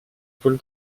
pôle